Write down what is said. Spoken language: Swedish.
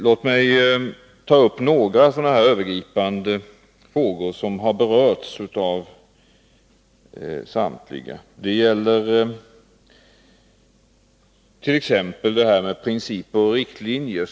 Låt mig ta upp några av de övergripande frågor som har berörts av samtliga talare. En sådan är frågan om principer och riktlinjer för datautveckling och dataanvändning.